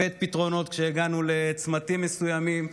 הבאת פתרונות כשהגענו לצמתים מסוימים,